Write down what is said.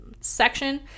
section